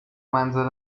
منزل